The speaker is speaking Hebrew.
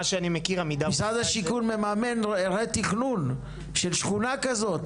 משרד השיכון מממן רה תכנון של שכונה כזאת.